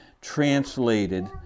translated